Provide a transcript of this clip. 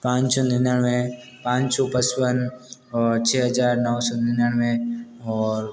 पाँच सौ निन्यानवे पाँच सौ पचपन और छः हजार नौ सौ निन्यानवे और